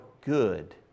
good